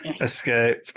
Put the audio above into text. escape